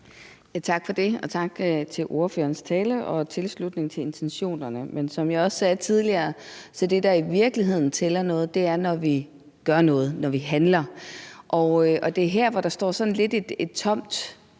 Tak for det. Og tak for ordførerens tale og tilslutning til intentionerne. Men som jeg også sagde tidligere, er det, der i virkeligheden tæller noget, at vi gør noget, at vi handler. Og det er her, at der står sådan lidt en tom